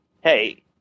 hey